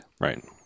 Right